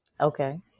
Okay